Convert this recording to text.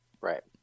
right